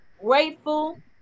grateful